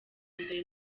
mbere